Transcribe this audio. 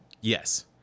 Yes